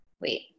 Wait